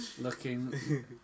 looking